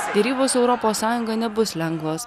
derybos su europos sąjunga nebus lengvos